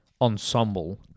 ensemble